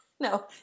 No